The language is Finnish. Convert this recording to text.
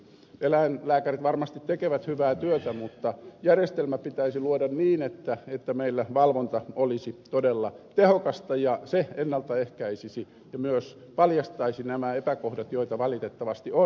eläinlääkärit varmasti tekevät hyvää työtä mutta järjestelmä pitäisi luoda niin että meillä valvonta olisi todella tehokasta ja se ennaltaehkäisisi ja myös paljastaisi nämä epäkohdat joita valitettavasti on